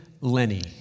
Lenny